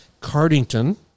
Cardington